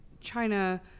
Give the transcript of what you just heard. China